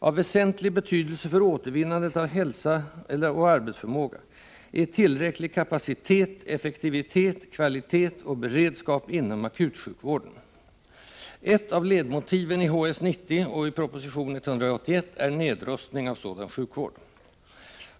Av väsentlig betydelse för återvinnandet av hälsa eller arbetsförmåga är tillräcklig kapacitet, effektivitet, kvalitet och beredskap inom akutsjukvården. Ett av ledmotiven i HS 90 och proposition 181 är nedrustning av sådan sjukvård.